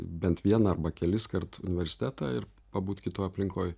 bent vieną arba keliskart universitetą ir pabūt kitoj aplinkoj